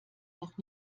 noch